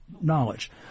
knowledge